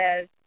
says